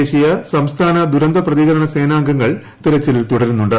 ദേശീയ സംസ്ഥാന ദുരന്ത പ്രതികരണ സേനാംഗങ്ങൾ തെരച്ചിൽ തുടരുന്നുണ്ട്